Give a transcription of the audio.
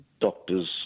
doctors